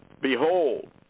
Behold